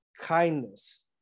kindness